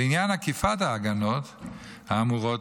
לעניין אכיפת ההגנות האמורות,